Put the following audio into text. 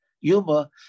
Yuma